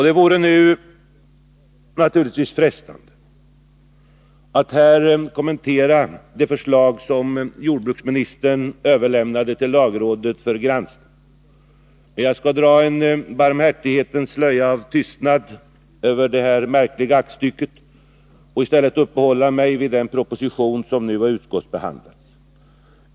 Det vore naturligtvis frestande att här kommentera det förslag som jordbruksministern överlämnade till lagrådet för granskning, men jag skall dra en barmhärighetens slöja av tystnad över detta märkliga aktstycke och i stället uppehålla mig vid den proposition som nu har utskottsbehandlats.